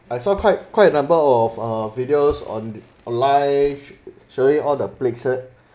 I saw quite quite a number of uh videos on live showing all the plates